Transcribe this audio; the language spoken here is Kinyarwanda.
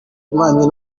bubanyi